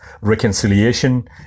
reconciliation